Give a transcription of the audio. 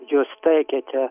jūs taikėte